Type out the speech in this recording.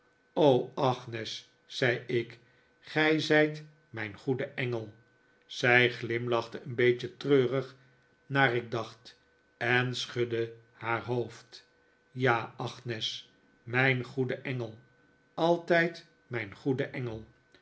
agnes zei ik gij zijt mijn goede engel zij glimlachte een beetje treurig naar ik dacht en schudde haar hoofd ja agnes mijn goede engel altijd mijn goede engel